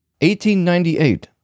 1898